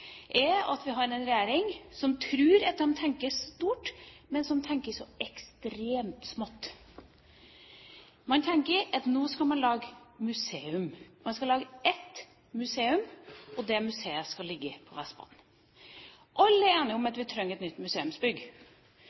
er at vi har en regjering som tror at de tenker stort, men som tenker så ekstremt smått. Man tenker at nå skal man lage museum. Man skal lage ett museum, og det museet skal ligge på Vestbanen. Alle er enige om at vi trenger et nytt museumsbygg.